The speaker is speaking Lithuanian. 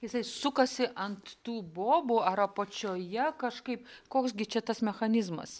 jisai sukasi ant tų bobų ar apačioje kažkaip koks gi čia tas mechanizmas